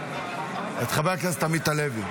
את חבר הכנסת עמית הלוי,